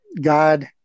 God